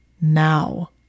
Now